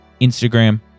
Instagram